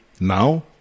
now